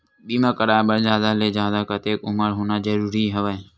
बीमा कराय बर जादा ले जादा कतेक उमर होना जरूरी हवय?